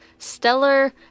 Stellar